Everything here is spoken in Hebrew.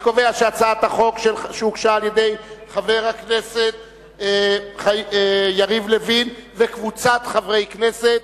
אני קובע שהצעת החוק שהוגשה על-ידי חבר הכנסת יריב לוין וקבוצת חברי כנסת